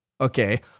okay